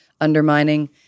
undermining